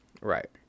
right